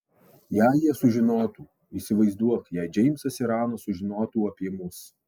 jei jie sužinotų įsivaizduok jei džeimsas ir ana sužinotų apie mus